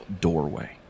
doorway